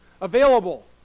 Available